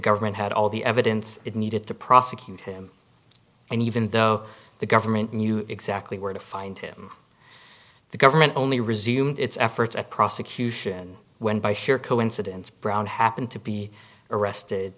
government had all the evidence it needed to prosecute him and even though the government knew exactly where to find him the government only resumed its efforts across accused and when by sheer coincidence brown happened to be arrested